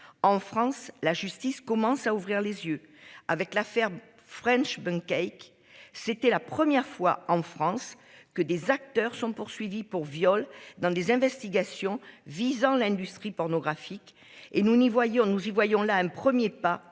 En France, la justice commence à ouvrir les yeux avec l'affaire French banking. C'était la première fois en France que des acteurs sont poursuivis pour viol dans des investigations visant l'industrie pornographique et nous n'y voyons nous